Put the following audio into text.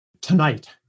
tonight